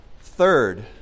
Third